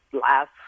last